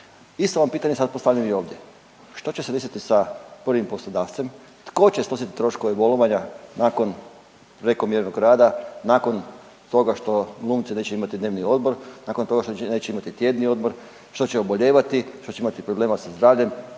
Isto vam pitanje sad postavljam i ovdje, što će se desiti sa prvim poslodavcem? Tko će snositi troškove bolovanja nakon prekomjernog rada, nakon toga što glumci neće imati dnevni odmor, nakon toga što neće imati tjedni odmor, što će obolijevati, što će imati problema sa zdravljem,